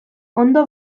ondo